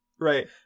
Right